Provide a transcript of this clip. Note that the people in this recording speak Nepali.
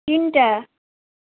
तिनवटा